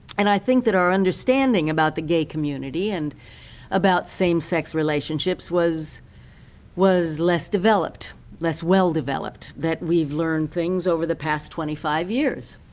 and i think that our understanding about the gay community and about same-sex relationships was was less well-developed less well-developed that we've learned things over the past twenty five years.